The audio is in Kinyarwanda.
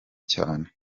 cyane